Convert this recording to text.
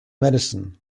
medicine